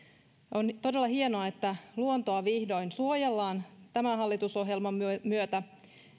on todella hienoa että luontoa vihdoin suojellaan tämän hallitusohjelman myötä myötä